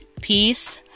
peace